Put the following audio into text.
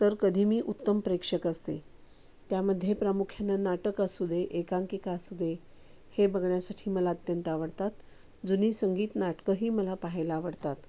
तर कधी मी उत्तम प्रेक्षक असते त्यामध्ये प्रामुख्यानं नाटक असू दे एकांकिका असू दे हे बघण्यासाठी मला अत्यंत आवडतात जुनी संगीत नाटकंही मला पाहायला आवडतात